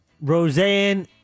Roseanne